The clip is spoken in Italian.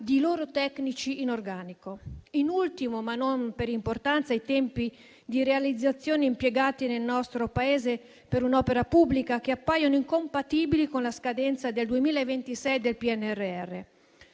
di loro tecnici in organico. In ultimo - ma non per importanza - i tempi di realizzazione impiegati nel nostro Paese per un'opera pubblica appaiono incompatibili con la scadenza del 2026 del PNRR.